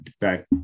back